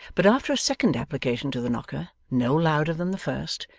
but after a second application to the knocker, no louder than the first,